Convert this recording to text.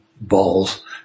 balls